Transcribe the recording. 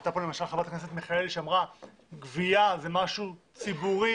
הייתה פה חברת הכנסת מיכאלי שאמר שגבייה זה משהו ציבורי